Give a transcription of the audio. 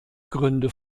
gründe